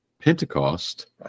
pentecost